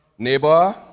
Neighbor